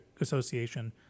Association